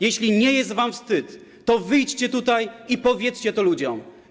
Jeśli nie jest wam wstyd, to wyjdźcie tutaj i powiedzcie to ludziom.